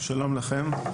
שלום לכם,